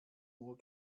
uhr